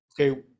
okay